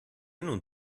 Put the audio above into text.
non